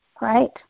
right